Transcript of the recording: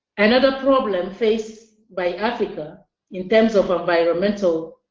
another problem faced by africa in terms of environmental